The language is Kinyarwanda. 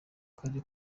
karere